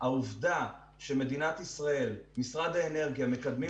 והעובדה שמדינת ישראל ומשרד האנרגיה מקדמים